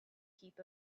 heap